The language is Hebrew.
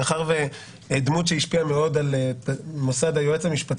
מאחר שדמות שהשפיעה מאוד על מוסד היועץ המשפטי